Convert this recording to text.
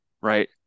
right